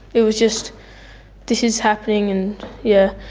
it was just this is happening and yeah,